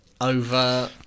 over